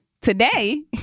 today